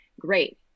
great